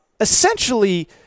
essentially